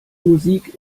musik